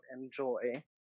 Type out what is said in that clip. enjoy